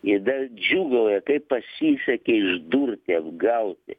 ir dar džiūgauja kaip pasisekė išdurti apgauti